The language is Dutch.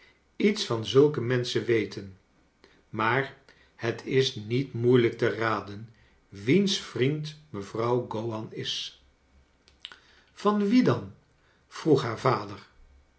iets van zulke menschen weten maar het is niet moeilijk te raden wiens vriend mevrouw gowan is van wien dan vroeg haar vader